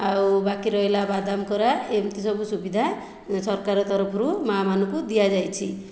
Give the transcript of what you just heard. ଆଉ ବାକି ରହିଲା ବାଦାମ କରା ଏମିତି ସବୁ ସୁବିଧା ସରକାର ତରଫରୁ ମା' ମାନଙ୍କୁ ଦିଆଯାଇଛି